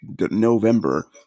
November